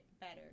better